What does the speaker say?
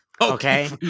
Okay